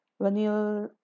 vanilla